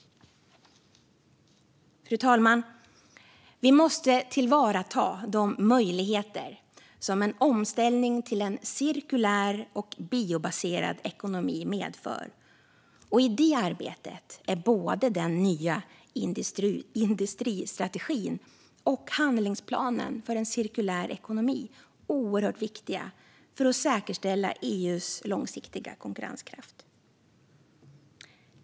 Fru talman! Vi måste tillvarata de möjligheter som en omställning till en cirkulär och biobaserad ekonomi medför. I det arbetet är både den nya industristrategin och handlingsplanen för en cirkulär ekonomi oerhört viktiga för att säkerställa EU:s långsiktiga konkurrenskraft.